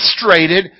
frustrated